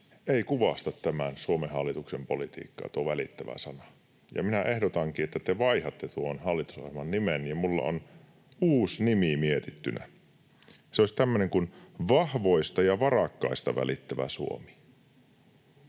ei kuvasta tämän Suomen hallituksen politiikkaa, ja ehdotankin, että te vaihdatte tuon hallitusohjelman nimen. Minulla on uusi nimi mietittynä. Se olisi tämmöinen kuin Vahvoista ja varakkaista välittävä Suomi.